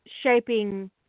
shaping